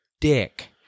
dick